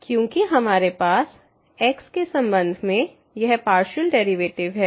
क्योंकि हमारे पास x के संबंध में यह पार्शियल डेरिवेटिव है